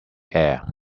air